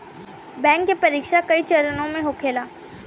bank के परीक्षा कई चरणों में होखेला